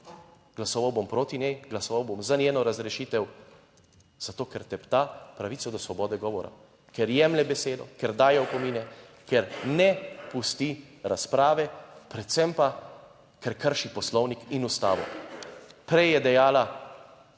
glasoval bom proti njej, glasoval bom za njeno razrešitev, zato, ker tepta pravico do svobode govora, ker jemlje besedo, ker daje opomine, ker ne pusti razprave, predvsem pa, ker krši Poslovnik in Ustavo. Prej je dejala,